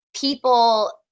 people